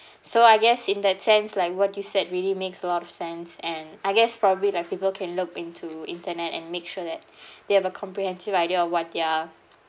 so I guess in that sense like what you said really makes a lot of sense and I guess probably like people can look into internet and make sure that they have a comprehensive idea of what they are